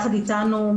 יחד איתנו,